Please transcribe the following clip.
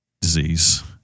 disease